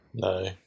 no